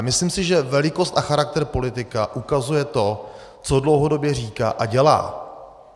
Myslím si, že velikost a charakter politika ukazuje to, co dlouhodobě říká a dělá.